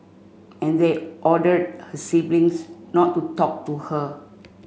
and they ordered her siblings not to talk to her